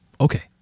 Okay